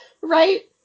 right